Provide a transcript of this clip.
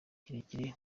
kirekire